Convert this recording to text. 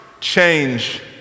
change